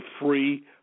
free